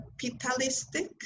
capitalistic